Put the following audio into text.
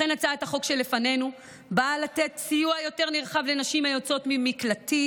לכן הצעת החוק שלפנינו באה לתת סיוע יותר נרחב לנשים היוצאות ממקלטים,